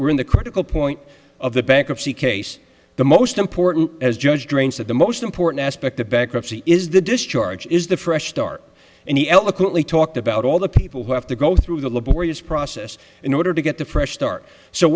we're in the critical point of the bankruptcy case the most important as judge drains that the most important aspect of bankruptcy is the discharge is the fresh start and he eloquently talked about all the people who have to go through the laborious process in order to get the fresh start so